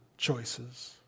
choices